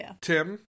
Tim